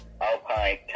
alpine